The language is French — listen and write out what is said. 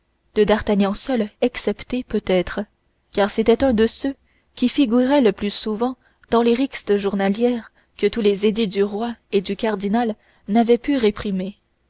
de d'artagnan seul excepté peut-être car c'était un de ceux qui figuraient le plus souvent dans les rixes journalières que tous les édits du roi et du cardinal n'avaient pu réprimer